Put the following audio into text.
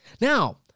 Now